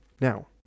Now